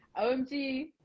OMG